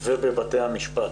ובבתי המשפט